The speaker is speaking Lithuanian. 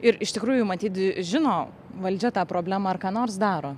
ir iš tikrųjų matyt žino valdžia tą problemą ar ką nors daro